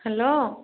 hello